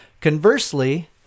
Conversely